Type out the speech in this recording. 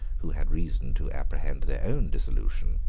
who had reason to apprehend their own dissolution,